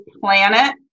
planet